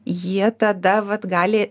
jie tada vat gali